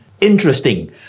Interesting